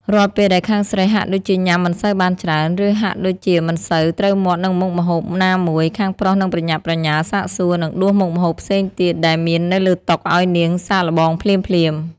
រាល់ពេលដែលខាងស្រីហាក់ដូចជាញ៉ាំមិនសូវបានច្រើន ឬហាក់ដូចជាមិនសូវត្រូវមាត់នឹងមុខម្ហូបណាមួយ ខាងប្រុសនឹងប្រញាប់ប្រញាល់សាកសួរ និងដួសមុខម្ហូបផ្សេងទៀតដែលមាននៅលើតុឱ្យនាងសាកល្បងភ្លាមៗ។